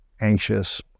anxious